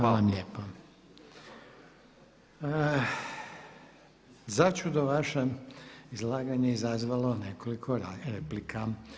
Začudo vaše izlaganje je izazvalo nekoliko replika.